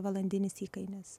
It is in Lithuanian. valandinis įkainis